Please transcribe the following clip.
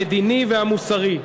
המדיני והמוסרי,